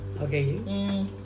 Okay